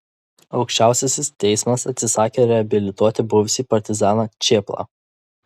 aukščiausiasis teismas atsisakė reabilituoti buvusį partizaną čėplą